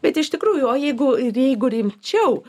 bet iš tikrųjų o jeigu ir jeigu rimčiau